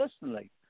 personally